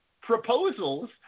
proposals